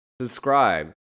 Subscribe